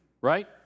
right